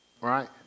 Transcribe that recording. right